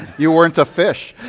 you werenit a fish.